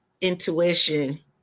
intuition